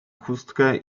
chustkę